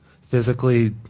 Physically